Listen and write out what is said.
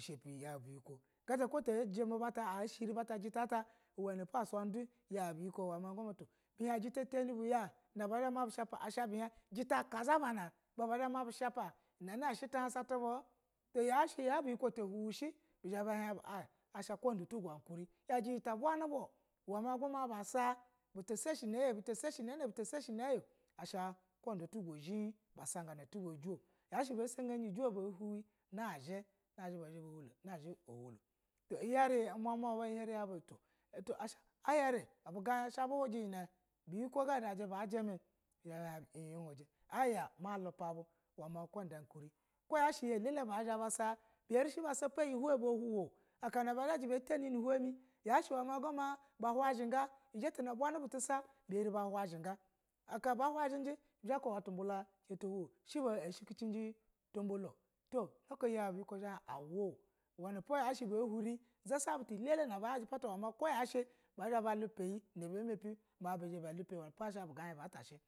she pi yau buyiko oko te ashiri oko gata ta sheri ya ujita ata a suya ni du yau ubiyuko a hin bu a hin ujita tani bu ya a zha ma bu sha pa jita ka za bana a zha ma bu sha pa unina she tu hassa tu bu yashi yaubuyiko ta huwe she be zha bu hin ka aji tuga a akuri yaji ta bani bu ulama gba ma iba sa bita sashi nayi buta ta sashyi nana buta sashe naye asha ka ba a tu go zhi ba sa gana ujo yashe bajagani ujo na zhi ba zha ba hulo iyiri bayi ko bubutu bayi iyari zha bahin ato ayari ubugai asha bahuji iyi na yau ga buyiko jimi bizha ba hin uhuji asha ka da tugo akuri ko iyi ellele na ba zho ba sa bi en shi basa in a pa hown akana batani hun apa ni au hun mi yashi ma ba hazhiga jita na banibu tusa bizha ba hunzhiga aka ba huzhi bu zha ba kubu ma tubula tizha shikici ji tubula o na ko yau biyiko zha ba hin aulo ako ba bahure uzha sa butu ga yaji ma gko zasa butu ga gaji ma oko iyi baja mu lupa bo wanipo asha bugai gatashi.